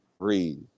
breathe